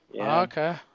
Okay